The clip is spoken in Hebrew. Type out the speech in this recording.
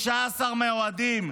16 מהאוהדים.